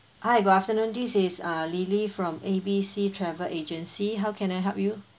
hi good afternoon this is err lily from ABC travel agency how can I help you